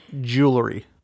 Jewelry